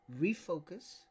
refocus